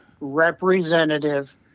representative